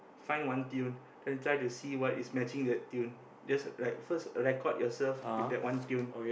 find one tune then try to see what is matching the tune then like first record yourself playing that one tune